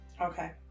Okay